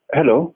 Hello